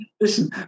Listen